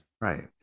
Right